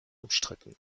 umstritten